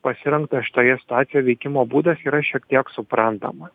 pasirinktas šitoje situacijoj veikimo būdas yra šiek tiek suprantama